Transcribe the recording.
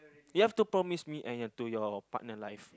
you have to promise me and your to your partner life